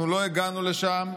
אנחנו לא הגענו לשם,